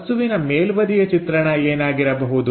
ವಸ್ತುವಿನ ಮೇಲ್ಬದಿಯ ಚಿತ್ರಣ ಏನಾಗಿರಬಹುದು